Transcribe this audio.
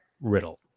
riddle